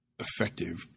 effective